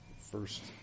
first